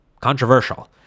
controversial